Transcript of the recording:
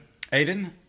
Aiden